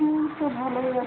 এই তো ভালোই আছি